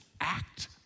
act